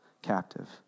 captive